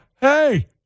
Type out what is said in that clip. hey